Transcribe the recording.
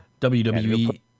WWE